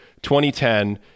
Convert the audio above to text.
2010